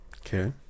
Okay